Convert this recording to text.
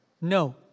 No